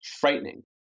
frightening